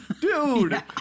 dude